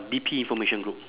D_P information group